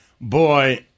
Boy